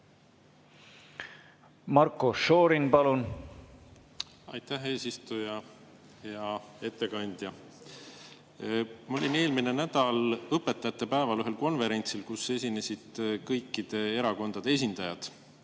Marko Šorin, palun! Aitäh, eesistuja! Hea ettekandja! Ma olin eelmisel nädalal õpetajate päeval ühel konverentsil, kus esinesid kõikide erakondade esindajad.